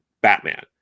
Batman